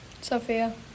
Sophia